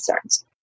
concerns